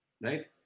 Right